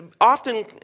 often